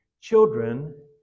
Children